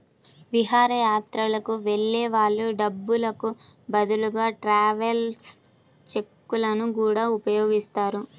విహారయాత్రలకు వెళ్ళే వాళ్ళు డబ్బులకు బదులుగా ట్రావెలర్స్ చెక్కులను గూడా ఉపయోగిస్తారు